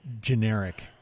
generic